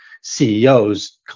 CEOs